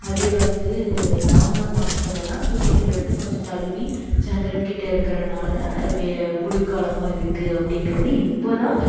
அதே வந்து நவம்பர் மாதத்துலலான் சூரியன்லேருந்து கொஞ்சம் தள்ளி சந்திரன் கிட்ட இருக்கிறனால வே குளிர்காலமாக இருக்குது அப்படிங்கிறது இப்போ தான்